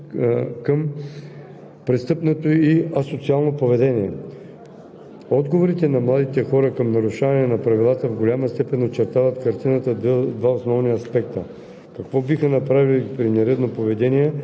по опитните шофьори. Друг важен акцент в оценката на участието на младежите в обществения живот е отношението им към престъпното и асоциално поведение.